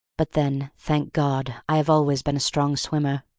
but then, thank god, i have always been a strong swimmer.